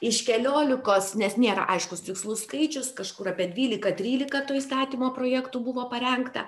iš keliolikos nes nėra aiškus tikslus skaičius kažkur apie dvylika trylika toj įstatymo projektų buvo parengta